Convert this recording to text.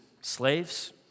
slaves